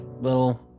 little